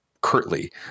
curtly